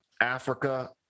Africa